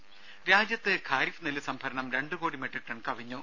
രും രാജ്യത്ത് ഖാരിഫ് നെല്ല് സംഭരണം രണ്ട് കോടി മെട്രിക് ടൺ കവിഞ്ഞു